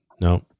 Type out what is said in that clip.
No